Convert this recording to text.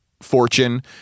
fortune